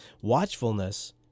Watchfulness